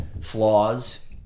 flaws